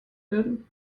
werden